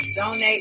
donate